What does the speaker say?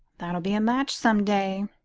that'll be a match some day,